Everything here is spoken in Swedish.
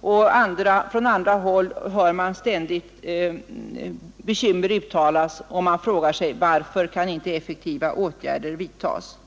och från många andra håll har man uttalat bekymmer och frågat: Varför kan inte effektiva åtgärder vidtas?